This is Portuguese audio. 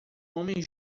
homem